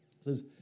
says